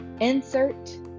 Insert